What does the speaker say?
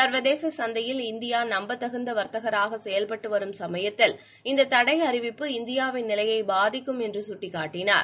சர்வதேச சந்தையில் இந்தியா நம்பத்தகுந்த வர்த்தகராக செயல்பட்டு வரும் சுமயத்தில் இந்த தடை அறிவிப்பு இந்தியாவின் நிலையை பாதிக்கும் என்று சுட்டிக்காட்டினார்